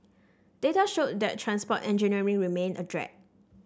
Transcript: data showed that transport engineering remained a drag